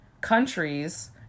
countries